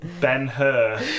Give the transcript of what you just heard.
Ben-Hur